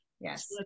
Yes